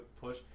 push